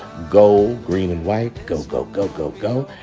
go green and white, go, go, go, go, go,